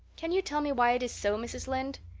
can you tell me why it is so, mrs. lynde?